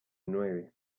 nueve